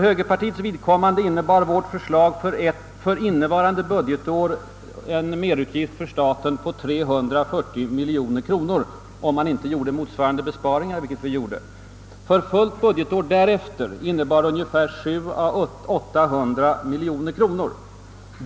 Högerpartiets förslag innebar ett inkomstbortfall för staten under innevarande budgetår på 340 miljoner kronor, Men samtidigt föreslog vi besparingar med samma belopp. För helt budgetår därefter innebar förslaget en minskning av statsinkomsterna med 700 å 800 miljoner kronor.